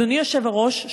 אדוני היושב-ראש,